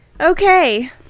Okay